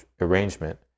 arrangement